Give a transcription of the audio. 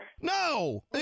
No